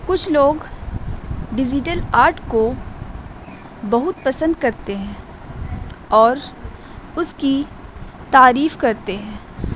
کچھ لوگ digital art کو بہت پسند کرتے ہیں اور اس کی تعریف کرتے ہیں